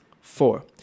Four